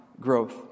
growth